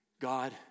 God